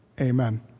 Amen